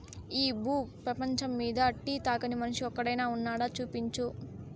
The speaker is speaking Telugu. ఈ భూ పేపంచమ్మీద టీ తాగని మనిషి ఒక్కడైనా వున్నాడా, చూపించు